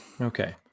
Okay